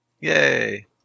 Yay